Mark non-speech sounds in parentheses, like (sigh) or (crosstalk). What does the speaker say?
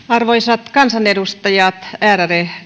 (unintelligible) arvoisat kansanedustajat ärade